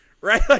Right